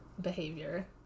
behavior